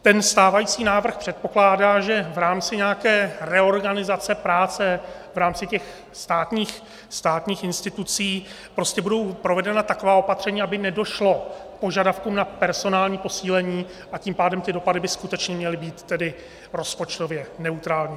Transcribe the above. Ten stávající návrh předpokládá, že v rámci nějaké reorganizace práce v rámci státních institucí prostě budou provedena taková opatření, aby nedošlo k požadavkům na personální posílení, a tím pádem ty dopady by skutečně měly být tedy rozpočtově neutrální.